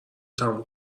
تموم